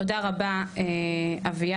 תודה רבה אביעד.